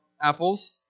apples